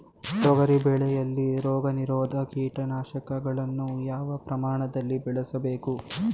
ತೊಗರಿ ಬೆಳೆಯಲ್ಲಿ ರೋಗನಿರೋಧ ಕೀಟನಾಶಕಗಳನ್ನು ಯಾವ ಪ್ರಮಾಣದಲ್ಲಿ ಬಳಸಬೇಕು?